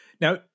Now